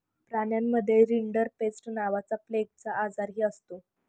प्राण्यांमध्ये रिंडरपेस्ट नावाचा प्लेगचा आजारही असतो